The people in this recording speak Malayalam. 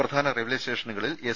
പ്രധാന റെയിൽവെ സ്റ്റേഷനുകളിൽ എസ്